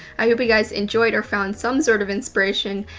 i hope you guys enjoyed, or found some sort of inspiration.